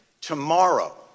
tomorrow